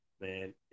Man